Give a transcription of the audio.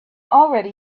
already